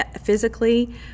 physically